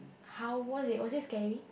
how was it was it scary